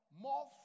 more